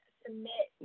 submit